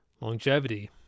Longevity